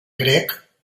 grec